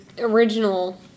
original